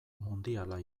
mundiala